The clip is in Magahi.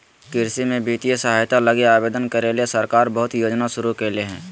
कृषि में वित्तीय सहायता लगी आवेदन करे ले सरकार बहुत योजना शुरू करले हइ